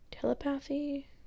telepathy